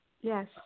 Yes